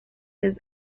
his